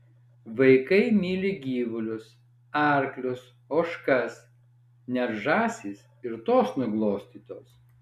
vaikai myli gyvulius arklius ožkas net žąsys ir tos nuglostytos